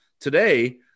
today